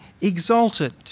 exalted